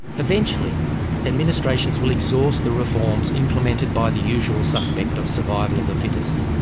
eventually administrations will exhaust the reforms implemented by the usual suspect of survival of the fittest.